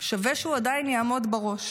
שווה שהוא עדיין יעמוד בראש.